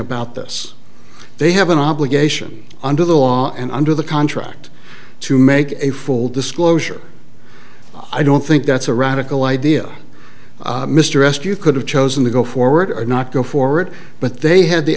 about this they have an obligation under the law and under the contract to make a full disclosure i don't think that's a radical idea mr rescue could have chosen to go forward or not go for it but they had the